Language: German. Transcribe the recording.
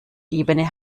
ebene